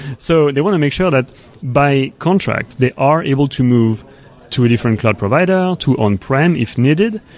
so they want to make sure that by contract, they are able to move to a different cloud provider, to on-prem if needed.